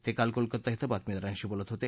ते काल कोलकाता इथं बातमीदारांशी बोलत होते